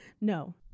No